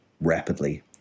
rapidly